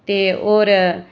ते होर